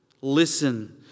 Listen